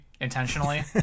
intentionally